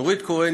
נורית קורן,